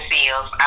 Seals